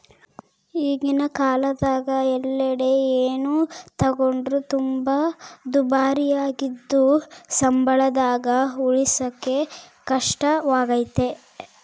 ಈಗಿನ ಕಾಲದಗ ಎಲ್ಲೆಡೆ ಏನೇ ತಗೊಂಡ್ರು ತುಂಬಾ ದುಬಾರಿಯಾಗಿದ್ದು ಸಂಬಳದಾಗ ಉಳಿಸಕೇ ಕಷ್ಟವಾಗೈತೆ